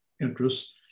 interests